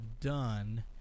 done